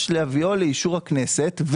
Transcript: שנדרש להביאו לאישור הכנסת,